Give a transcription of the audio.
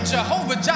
Jehovah